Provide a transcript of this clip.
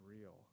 real